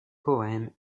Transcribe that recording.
poème